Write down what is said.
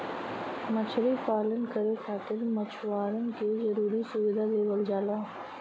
मछरी पालन करे खातिर मछुआरन के जरुरी सुविधा देवल जाला